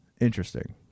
Interesting